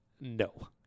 No